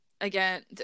again